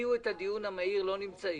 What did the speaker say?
שהציעו את הדיון המהיר לא נמצאים